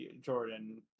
Jordan